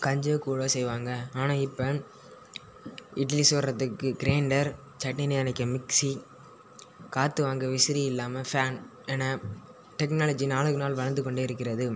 கஞ்சோ கூழோ செய்வாங்க ஆனால் இப்போ இட்லி சுடுறதுக்கு கிரைண்டர் சட்னி அரைக்க மிக்ஸி காற்று வாங்க விசிறி இல்லாம ஃபேன் என டெக்னாலஜி நாளுக்கு நாள் வளந்து கொண்டு இருக்கிறது